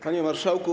Panie Marszałku!